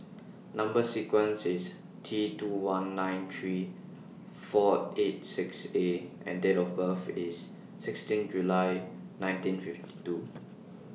Number sequence IS T two one nine three four eight six A and Date of birth IS sixteen July nineteen fifty two